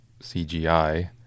CGI